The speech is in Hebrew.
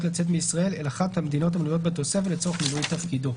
לצאת מישראל אל אחת המדינות המנויות בתוספת לצורך מילוי תפקידו,